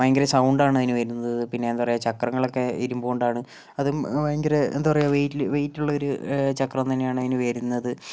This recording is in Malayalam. ഭയങ്കര സൗണ്ടാണതിന് വരുന്നത് പിന്നെ എന്താ പറയുക ചക്രങ്ങളൊക്കെ ഇരുമ്പ് കൊണ്ടാണ് അതും ഭയങ്കര എന്താ പറയുക വെയ്റ്റുള്ളൊരു ചക്രം തന്നെയാണതിന് വരുന്നത്